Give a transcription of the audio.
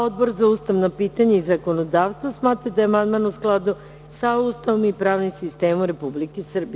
Odbor za ustavna pitanja i zakonodavstvo smatra da je amandman u skladu sa Ustavom i pravnim sistemom Republike Srbije.